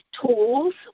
tools